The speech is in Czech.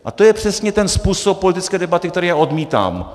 A to je přesně ten způsob politické debaty, který já odmítám.